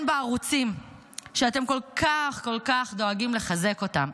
בערוצים שאתם כל כך כל כך דואגים לחזק אותם